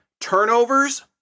turnovers